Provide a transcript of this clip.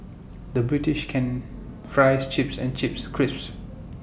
the British can Fries Chips and Chips Crisps